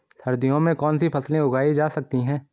सर्दियों में कौनसी फसलें उगाई जा सकती हैं?